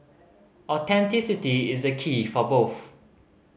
authenticity is the key for both